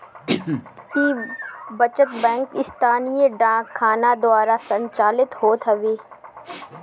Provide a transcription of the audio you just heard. इ बचत बैंक स्थानीय डाक खाना द्वारा संचालित होत हवे